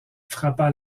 frappa